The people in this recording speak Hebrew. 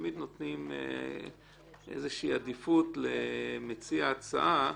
תמיד נותנים איזו שהיא עדיפות למציע ההצעה,